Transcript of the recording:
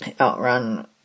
outrun